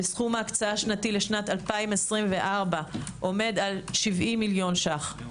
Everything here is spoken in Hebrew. וסכום ההקצאה השנתי לשנת 2024 עומד על 70 מיליון ₪.